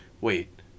wait